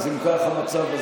אם זה המצב,